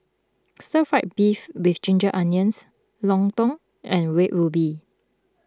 Stir Fried Beef with Ginger Onions Lontong and Red Ruby